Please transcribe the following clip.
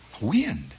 Wind